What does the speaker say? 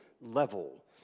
level